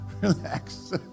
Relax